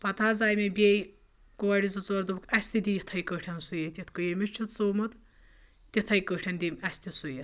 پَتہٕ حظ آے مےٚ بیٚیہِ کورِ زٕ ژور دوٚپُکھ اَسہِ تہِ دِ یِتھٕے کٲٹھۍ سُومُت یِتھ کٔنۍ ییٚمِس چھُتھ سُومُت تِتھٕے کٲٹھۍ دِ اَسہِ تہِ سُوِتھ